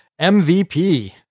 MVP